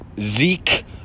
Zeke